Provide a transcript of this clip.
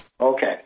Okay